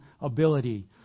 ability